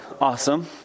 Awesome